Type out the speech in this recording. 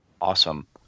Awesome